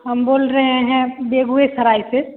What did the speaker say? हम बोल रहे हैं बेगूसराय से